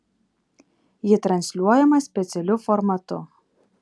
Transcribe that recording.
ji transliuojama specialiu formatu